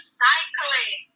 cycling